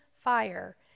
fire